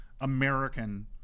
American